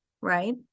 right